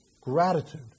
Gratitude